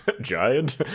Giant